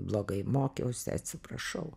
blogai mokiausi atsiprašau